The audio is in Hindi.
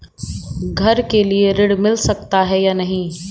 घर के लिए ऋण मिल सकता है या नहीं?